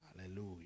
Hallelujah